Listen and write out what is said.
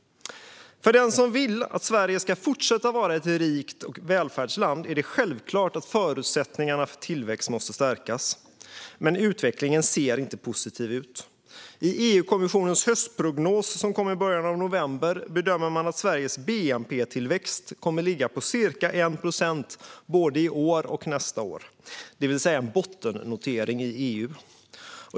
För den som vill att Sverige ska fortsätta vara ett rikt välfärdsland är det självklart att förutsättningarna för tillväxt måste stärkas. Men utvecklingen ser inte positiv ut. I EU-kommissionens höstprognos, som kom i början av november, bedömer man att Sveriges bnp-tillväxt kommer att ligga på ca 1 procent både i år och nästa år, det vill säga en bottennotering i EU.